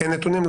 אין נתונים?